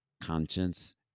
conscience